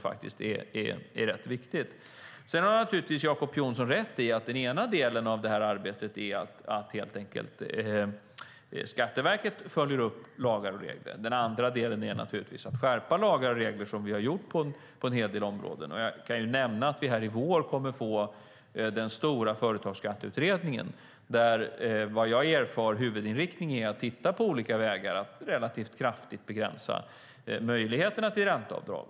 Jacob Johnson har rätt i att den ena delen av arbetet är att Skatteverket följer upp lagar och regler. Den andra delen är naturligtvis att skärpa lagar och regler som vi har gjort på en hel del områden. Jag kan nämna att vi här i vår kommer att få den stora företagsskatteutredningen, där huvudinriktningen vad jag erfar är att titta på olika vägar att relativt kraftigt begränsa möjligheterna till ränteavdrag.